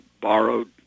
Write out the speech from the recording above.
borrowed